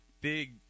big